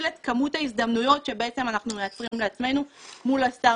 את כמות ההזדמנויות שאנחנו מייצרים לעצמנו מול הסטרטאפים.